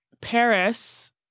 Paris